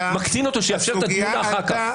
מקצין אותו כדי שיאפשר את הדיון אחר כך.